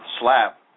slap